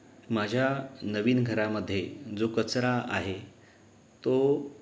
माझ्या नवीन घरामध्ये जो कचरा आहे तो